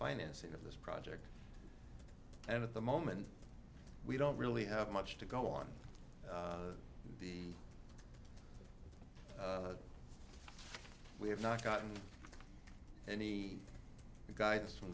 financing of this project and at the moment we don't really have much to go on the we have not gotten any guidance from